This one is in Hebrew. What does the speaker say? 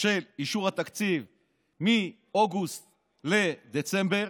של אישור התקציב מאוגוסט לדצמבר,